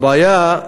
הבעיה,